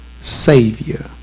Savior